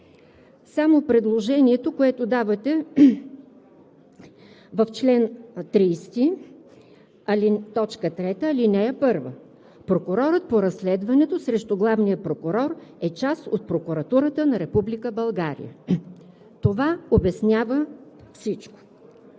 само предложението, което давате в чл. 30, т. 3, ал. 1: „Прокурорът по разследването срещу главния прокурор е част от Прокуратурата на Република България.“ Това обяснява всичко.